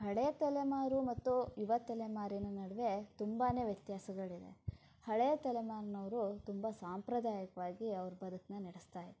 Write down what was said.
ಹಳೆಯ ತಲೆಮಾರು ಮತ್ತು ಯುವ ತಲೆಮಾರಿನ ನಡುವೆ ತುಂಬಾನೇ ವ್ಯತ್ಯಾಸಗಳಿವೆ ಹಳೆಯ ತಲೆಮಾರಿನವರು ತುಂಬ ಸಾಂಪ್ರದಾಯಿಕವಾಗಿ ಅವರ ಬದುಕನ್ನ ನಡೆಸ್ತಾ ಇದ್ದರು